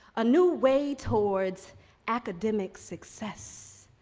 a new way towards academic success,